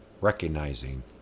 Recognizing